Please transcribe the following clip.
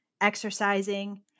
exercising